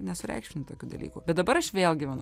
nesureikšmini tokių dalykų bet dabar aš vėl gyvenu